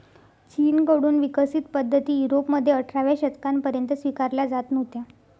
चीन कडून विकसित पद्धती युरोपमध्ये अठराव्या शतकापर्यंत स्वीकारल्या जात नव्हत्या